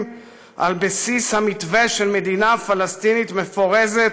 על בסיס המתווה של מדינה פלסטינית מפורזת